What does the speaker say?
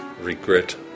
regret